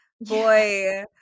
boy